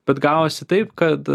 bet gavosi taip kad